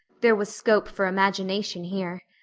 there was scope for imagination here.